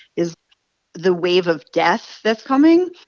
is the wave of death that's coming.